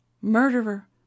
Murderer